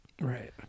Right